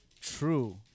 true